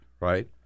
right